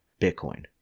Bitcoin